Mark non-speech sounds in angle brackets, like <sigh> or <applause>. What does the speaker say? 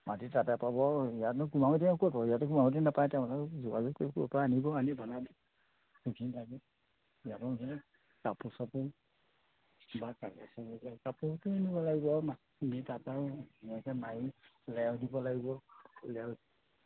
মাটি তাতে পাব আৰু ইয়াতনো কুমাৰৰ মাটিনো ক'ত পাব ইয়াতে কুমাৰৰ মাটি নাপায় তেওঁ যোগাযোগ কৰি ক'ৰবাৰপৰা আনিব আনি বনাব <unintelligible>